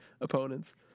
opponents